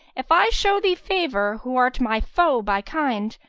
if i show thee favour who art my foe by kind,